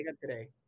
today